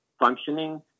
functioning